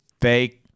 fake